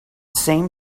same